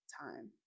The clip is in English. time